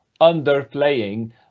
underplaying